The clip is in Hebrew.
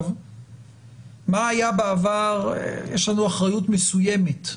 מה היה בעבר יש לנו אחריות מסוימת,